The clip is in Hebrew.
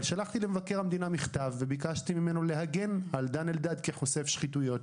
שלחתי למבקר המדינה מכתב וביקשתי ממנו להגן על דן אלדד כחושף שחיתויות.